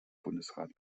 bundesrat